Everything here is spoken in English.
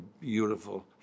beautiful